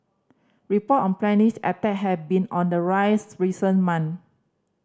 report on attack have been on the rise recent month